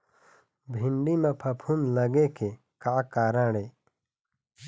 भिंडी म फफूंद लगे के का कारण ये?